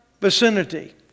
vicinity